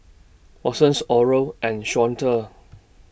Watson's Oral and Shawnda